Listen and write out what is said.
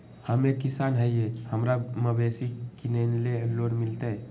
हम एक किसान हिए हमरा मवेसी किनैले लोन मिलतै?